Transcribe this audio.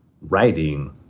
writing